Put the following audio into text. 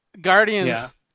Guardians